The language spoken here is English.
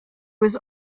was